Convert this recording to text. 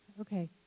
okay